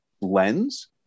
lens